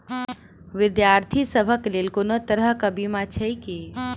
विद्यार्थी सभक लेल कोनो तरह कऽ बीमा छई की?